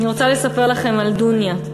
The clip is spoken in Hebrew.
אני רוצה לספר לכם על דוניא,